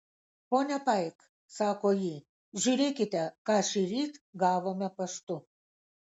ponia paik sako ji žiūrėkite ką šįryt gavome paštu